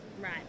right